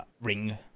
ring